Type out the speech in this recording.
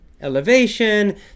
elevation